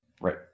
Right